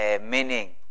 meaning